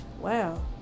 Wow